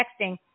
texting